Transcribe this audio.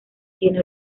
tiene